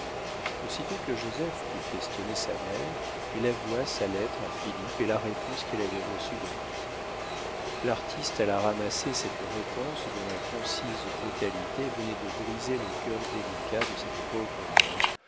aussitôt que joseph put questionner sa mère elle avoua sa lettre à philippe et la réponse qu'elle avait reçue de lui l'artiste alla ramasser cette réponse dont la concise brutalité venait de briser le cœur délicat de cette pauvre mère